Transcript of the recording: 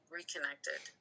reconnected